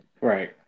right